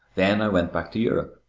then i went back to europe,